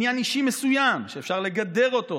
עניין אישי מסוים שאפשר לגדר אותו,